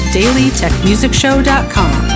dailytechmusicshow.com